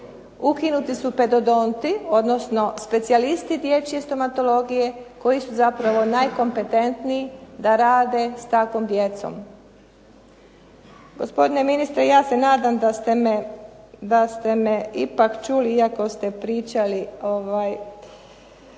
ukinuti su pedodonti, odnosno specijalisti dječje stomatologije koji su zapravo najkompetentniji da rade s takvom djecom. Gospodine ministre, ja se nadam da ste me ipak čuli iako ste pričali.